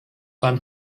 fan